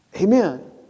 Amen